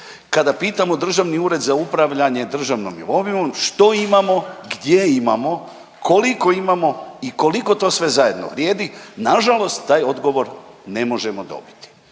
Kad pitamo Državni ured za upravljanje državnom imovinom što imamo, gdje imamo, koliko imamo i koliko to sve zajedno vrijedi nažalost taj odgovor ne možemo dobiti.